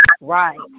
Right